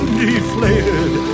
deflated